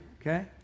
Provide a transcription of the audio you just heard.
okay